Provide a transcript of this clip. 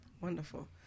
Wonderful